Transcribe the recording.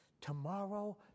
tomorrow